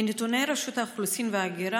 מנתוני רשות האוכלוסין וההגירה,